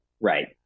Right